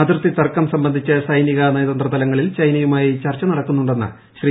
അതിർത്തി തർക്കം സംബന്ധിച്ച് സൈനിക നയതന്ത്ര തലങ്ങളിൽ ചൈനയുമായി ചർച്ച നടക്കുന്നുണ്ടെന്ന്ു ശ്രീ